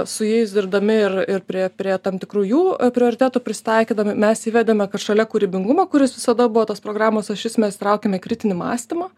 su jais dirbdami ir ir prie prie tam tikrų jų prioritetų prisitaikydami mes įvedėme kad šalia kūrybingumo kuris visada buvo tos programos ašis mes įtraukėme kritinį mąstymą